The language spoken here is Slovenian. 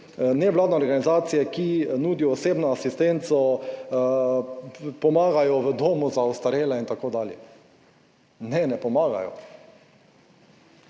nevladne organizacije, ki nudijo osebno asistenco, pomagajo v domu za ostarele in tako dalje. Ne, ne pomagajo.